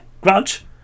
Grudge